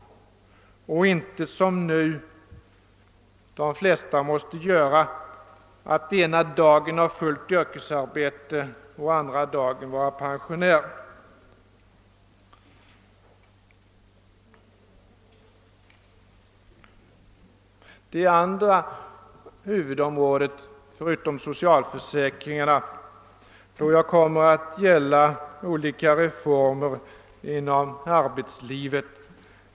Som det nu är står ju de flesta ena dagen i fullt yrkesarbete för att nästa dag vara pensionärer. Det andra huvudområdet — förutom socialförsäkringarna — tror jag kommer att vara olika reformer inom arbetslivet.